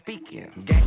speaking